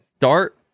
Start